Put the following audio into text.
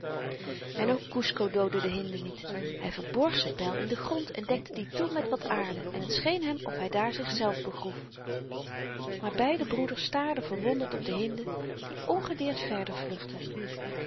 en ook kusco doodde de hinde niet hy verborg z'n pyl in den grond en dekte dien toe met wat aarde en het scheen hem of hy daar zichzelf begroef maar beide broeders staarden verwonderd op de hinde die ongedeerd verder vluchtte